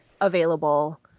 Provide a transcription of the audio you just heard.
available